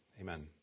amen